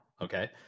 Okay